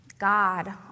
God